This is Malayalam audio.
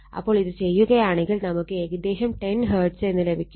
അപ്പോൾ ഇത് ചെയ്യുകയാണെങ്കിൽ നമുക്ക് ഏകദേശം 10 Hz എന്ന് ലഭിക്കും